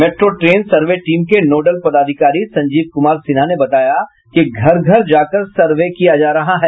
metro survey team के nodal पदाधिकारी संजीव कुमार सिन्हा ने बताया कि घर घर जा कर सर्वे किया जा रहा है